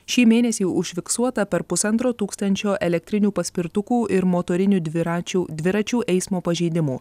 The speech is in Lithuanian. šį mėnesį užfiksuota per pusantro tūkstančio elektrinių paspirtukų ir motorinių dviračių dviračių eismo pažeidimų